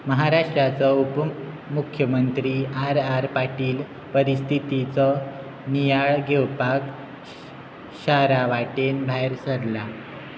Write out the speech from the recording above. महाराष्ट्राचो उप मुख्यमंत्री R R Patil परिस्थितीचो नियाळ घेवपाक शारा वाटेन भायर सरला